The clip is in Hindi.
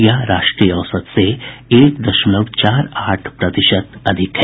यह राष्ट्रीय औसत से एक दशमलव चार आठ प्रतिशत अधिक है